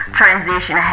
transition